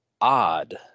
odd